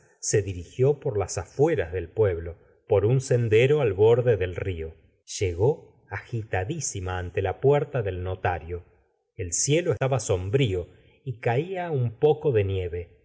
se di rigió por las afueras del pueblo por un sendero al borde del rio llegó agifadisima ante la puerta del notario el cielo estaba sombrío y caía un poco de nieve